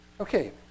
Okay